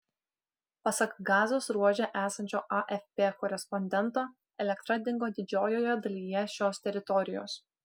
pasak gazos ruože esančio afp korespondento elektra dingo didžiojoje dalyje šios teritorijos